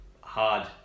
hard